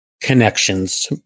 connections